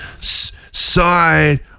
side